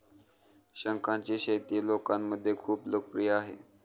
शंखांची शेती लोकांमध्ये खूप लोकप्रिय आहे